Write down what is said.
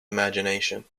imagination